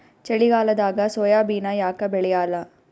ಚಳಿಗಾಲದಾಗ ಸೋಯಾಬಿನ ಯಾಕ ಬೆಳ್ಯಾಲ?